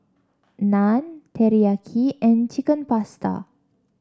Naan Teriyaki and Chicken Pasta